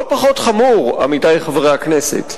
לא פחות חמור, עמיתי חברי הכנסת: